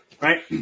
right